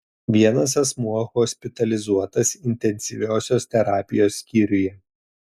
vienas asmuo hospitalizuotas intensyviosios terapijos skyriuje